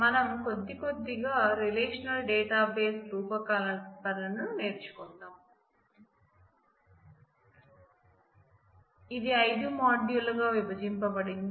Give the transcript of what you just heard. మనం కొద్ది కొద్దిగా రిలేషనల్ డేటాబేస్ రూపకల్పన ను నేర్చుకుందాం ఇది ఐదు మోడ్యూళ్లుగా విభజింపబడింది